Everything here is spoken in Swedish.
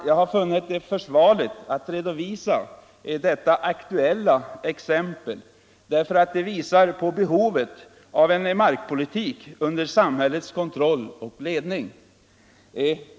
Jag har funnit det försvarligt att redogöra för detta aktuella exempel därför att det visar på behovet av en markpolitik under samhällets kontroll och ledning.